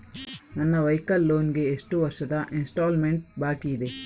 ನನ್ನ vehicle loan ಗೆ ಎಷ್ಟು ವರ್ಷದ ಇನ್ಸ್ಟಾಲ್ಮೆಂಟ್ ಬಾಕಿ ಇದೆ?